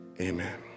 Amen